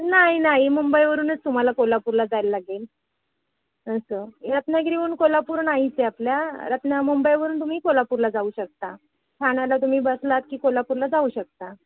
नाही नाही मुंबईवरूनच तुम्हाला कोल्हापूरला जायला लागेल असं रत्नागिरीवरून कोल्हापूर नाहीच आहे आपला रत्ना मुंबईवरून तुम्ही कोल्हापूरला जाऊ शकता ठाण्याला तुम्ही बसलात की कोल्हापूरला जाऊ शकता